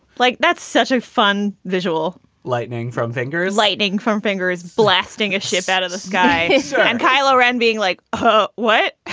like that's such a fun visual lightning from fingers, lightning from fingers blasting a ship out of the sky so and kylo ren being like what